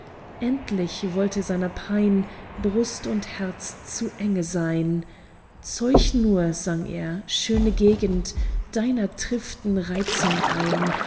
endlich wollte seiner pein brust und herz zu enge sein zeuch nur sang er schöne gegend deiner triften reizung ein